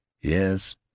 Yes